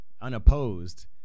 unopposed